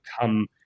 come